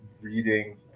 reading